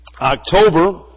October